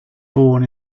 born